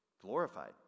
glorified